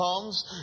comes